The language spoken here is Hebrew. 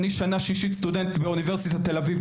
אני שנה שישית סטודנט באוניברסיטת תל אביב,